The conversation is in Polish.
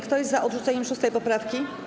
Kto jest za odrzuceniem 6. poprawki?